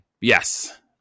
yes